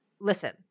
Listen